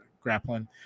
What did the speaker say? grappling